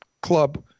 club